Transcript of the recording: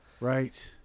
Right